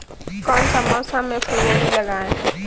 कौन सा मौसम में फूलगोभी लगाए?